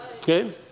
okay